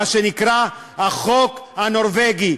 מה שנקרא החוק הנורבגי.